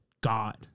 God